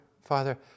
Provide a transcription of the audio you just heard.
Father